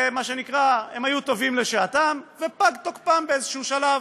מה שנקרא היו טובים לשעתם, ופג תוקפם באיזשהו שלב,